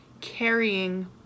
carrying